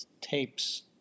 tapes